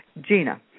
Gina